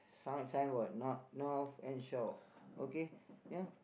sign signboard not north and shore okay ya